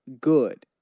good